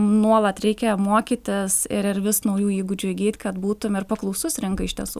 nuolat reikia mokytis ir ir vis naujų įgūdžių įgyt kad būtum ir paklausus rinkai iš tiesų